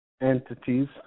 entities